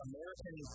American